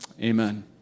amen